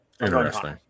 Interesting